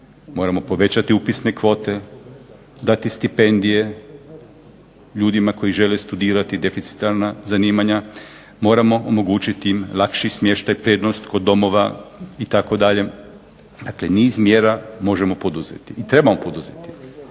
Moramo povećati upisne kvote, dati stipendije ljudima koji žele studirati deficitarna zanimanja, moramo omogućiti im lakši smještaj, prednost kod domova itd. Dakle, niz mjera možemo poduzeti i trebamo poduzeti.